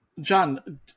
John